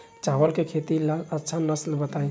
चावल के खेती ला अच्छा नस्ल बताई?